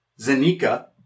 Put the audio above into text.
Zanika